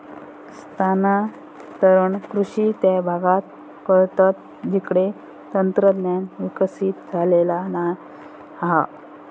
स्थानांतरण कृषि त्या भागांत करतत जिकडे तंत्रज्ञान विकसित झालेला नाय हा